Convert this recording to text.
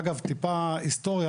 אגב, טיפה היסטוריה.